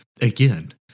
again